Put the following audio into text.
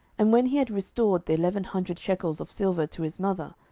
and when he had restored the eleven hundred shekels of silver to his mother,